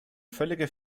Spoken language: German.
völlige